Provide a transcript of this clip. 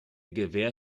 gewähr